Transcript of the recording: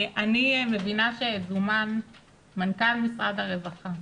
אני מבינה שזומן מנכ"ל משרד הרווחה.